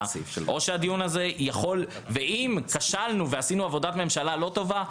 או שהדיון זה יכול --- ואם כשלנו ועשינו עבודת ממשלה לא טובה,